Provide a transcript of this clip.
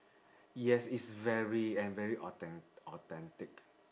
yes it's very and very authen~ authentic